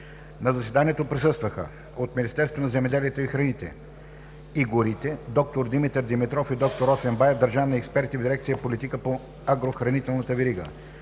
На заседанието присъстваха от: - Министерството на земеделието, храните и горите: д-р Димитър Димитров и д-р Росен Баев – държавни експерти в Дирекция „Политики по агрохранителната верига“;